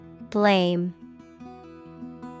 Blame